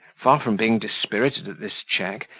far from being dispirited at this check,